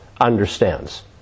understands